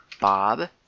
Bob